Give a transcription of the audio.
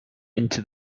into